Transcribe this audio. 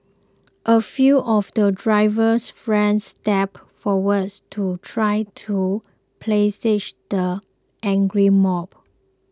a few of the driver's friends stepped forward to try to placate the angry mob